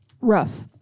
Rough